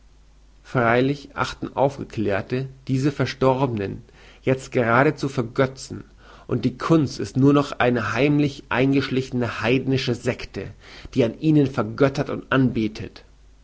freilich achten aufgeklärte diese verstorbenen jezt geradezu für götzen und die kunst ist nur noch eine heimlich eingeschlichene heidnische sekte die an ihnen vergöttert und anbetet